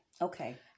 okay